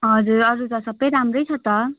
हजुर अरू त सबै राम्रै छ त